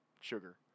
sugar